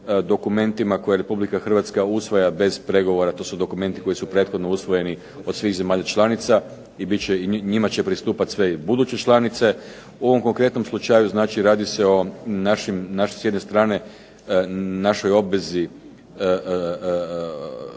dokumentima koje Republika Hrvatske usvaja bez pregovora. To su dokumenti koji su prethodno usvojeni od svih zemalja članica i njima će pristupati sve buduće članice. U ovom konkretnom slučaju, znači radi se o našim, našoj obvezi